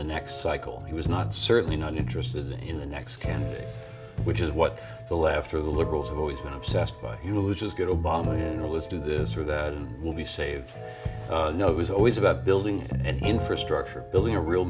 the next cycle he was not certainly not interested in the next candidate which is what the left or the liberals have always been obsessed by you know which is good obama analysts do this or that will be saved no it was always about building an infrastructure building a real